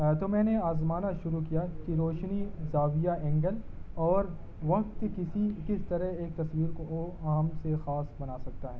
تو میں نے آزمانا شروع کیا کی روشنی زاویہ اینگل اور وقت کسی کس طرح ایک تصویر کو عام سے خاص بنا سکتا ہے